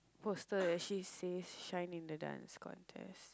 poster actually says shine in the Dance Contest